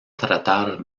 tratar